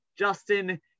Justin